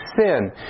sin